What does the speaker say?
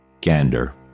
Gander